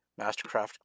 Mastercraft